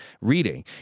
reading